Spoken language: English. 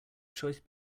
choice